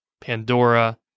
Pandora